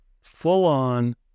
full-on